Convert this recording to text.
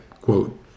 Quote